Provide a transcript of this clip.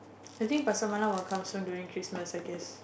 I think Pasar Malam will come soon during Christmas I guess